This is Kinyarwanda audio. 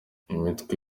imitwe